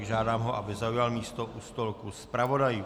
Žádám ho, aby zaujal místo u stolku zpravodajů.